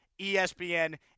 ESPN